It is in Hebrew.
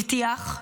הבטיח,